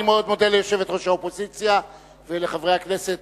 אני מאוד מודה ליושבת-ראש האופוזיציה ולחברי הכנסת,